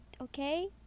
okay